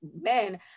men